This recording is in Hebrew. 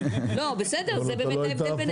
לא, בסדר, זה באמת ההבדל בינינו אולי.